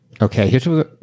Okay